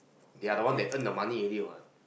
the other one they earn the money already what